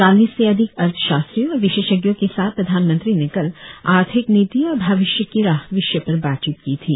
चालीस से अधिक अर्थशास्त्रियों और विशेषज्ञों के साथ प्रधानमंत्री ने कल आर्थिक नीति और भविष्य की राह विषय पर बातचीत की थी